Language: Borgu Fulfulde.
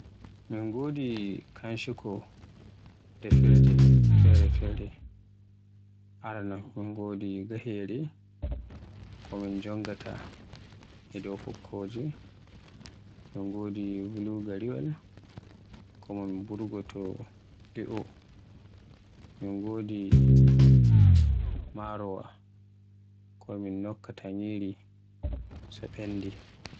Min ngodi kanshiko defirde fere-fere, aranon min godi gahere, ko min jonngata dow fukkoje. Min godi bulugariwal ko min burgo to li'o. Min godi marowa, ko min nokkaya ñyiri so ɓendi.